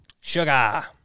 Sugar